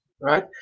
right